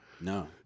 No